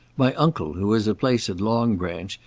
my uncle, who has a place at long branch,